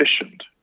efficient